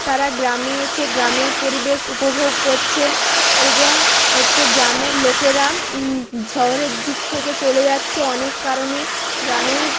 তারা গ্রামে এসে গ্রামের পরিবেশ উপভোগ করছে এবং হচ্ছে গ্রামের লোকেরা শহরের দিক থেকে চলে যাচ্ছে অনেক কারণে গ্রামেও